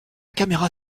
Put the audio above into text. caméra